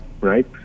right